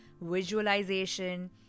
visualization